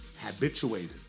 habituated